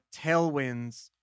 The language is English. tailwinds